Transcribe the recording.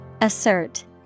Assert